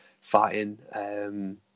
fighting